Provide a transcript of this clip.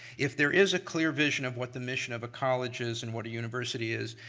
if there is a clear vision of what the mission of a college is and what a university is,